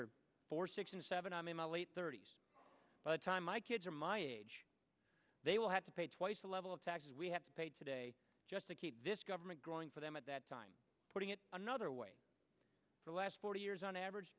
are four six and seven i'm in my late thirty's the time my kids are my age they will have to pay twice the level of taxes we have paid today just to keep this government growing for them at that time putting it another way the last forty years on average